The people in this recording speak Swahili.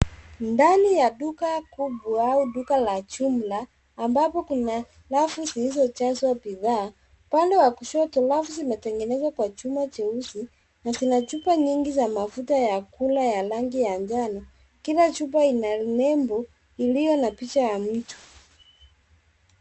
Ndani ya duka kubwa au duka la jumla ambapo kuna rafu zilizojazwa bidhaa upande wa kushoto rafu zimetengenezwa kwa chuma cheusi na zina chupa nyingi za mafuta ya kula ya rangi ya njano. Kila chupa ina nembo iliyo na picha ya mtu.